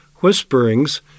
whisperings